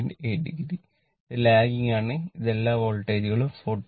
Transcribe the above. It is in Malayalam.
8o ഇത് ലാഗിംഗ് ആണ് ഇത് എല്ലാ വോൾട്ടേജുകളും 44